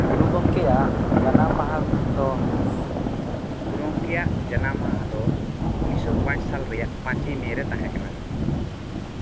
ᱜᱩᱨᱩ ᱜᱚᱝᱠᱮᱭᱟᱜ ᱡᱟᱱᱟᱢ ᱢᱟᱦᱟ ᱫᱚ ᱛᱤᱥ ᱜᱩᱨᱩ ᱜᱚᱝᱠᱮᱭᱟᱜ ᱡᱟᱱᱟᱢ ᱢᱟᱦᱟ ᱫᱚ ᱩᱱᱤᱥᱥᱚ ᱯᱟᱸᱪ ᱥᱟᱞ ᱨᱮᱭᱟᱜ ᱯᱟᱸᱪᱚᱭ ᱢᱮᱹ ᱨᱮ ᱛᱟᱦᱮᱸ ᱠᱟᱱᱟ